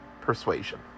persuasion